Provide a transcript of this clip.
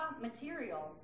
material